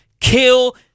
kill